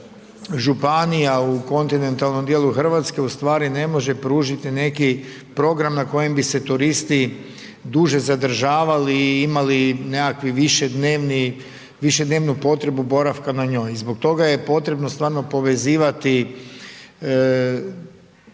u kontinentalnom dijelu Hrvatske ustvari ne može pružiti neki program na kojem bi se turisti duže zadržavali i imali nekakvi višednevni, višednevnu potrebu boravka na njoj. I zbog toga je potrebno stvarno povezivati turističke